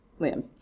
Liam